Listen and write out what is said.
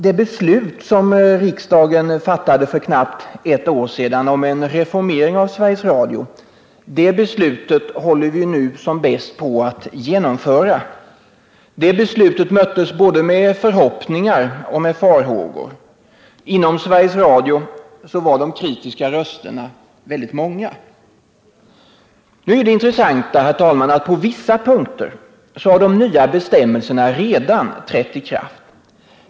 Det beslut som riksdagen fattade för knappt ett år sedan om reformering av Sveriges Radio håller nu som bäst på att genomföras. Beslutet möttes med både förhoppningar och farhågor. Inom Sveriges Radio var de kritiska rösterna väldigt många. Det intressanta är att de nya bestämmelserna på vissa punkter redan har trätt i kraft.